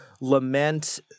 lament